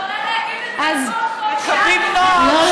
לא,